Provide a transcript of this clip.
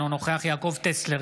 אינו נוכח יעקב טסלר,